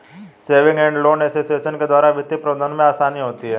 saving and loan association के द्वारा वित्तीय प्रबंधन में आसानी होती है